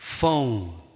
phone